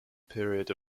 period